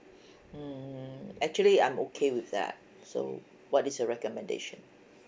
mm actually I'm okay with that so what is your recommendation